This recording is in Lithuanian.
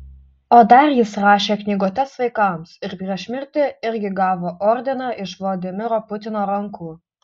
o dar jis rašė knygutes vaikams ir prieš mirtį irgi gavo ordiną iš vladimiro putino rankų